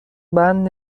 بند